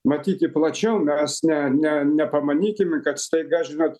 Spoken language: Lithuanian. matyti plačiau mes ne ne nepamanykim kad staiga žinot